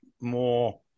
more